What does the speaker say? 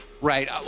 Right